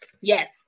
Yes